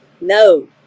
No